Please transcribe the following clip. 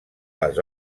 les